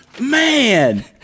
Man